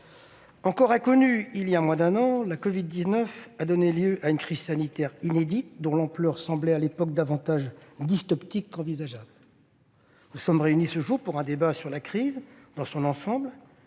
encore inconnue il y a moins d'un an, la covid-19 a donné lieu à une crise sanitaire inédite dont l'ampleur semblait à l'époque davantage dystopique qu'envisageable. Nous sommes réunis ce jour pour un débat non sur la crise dans son ensemble,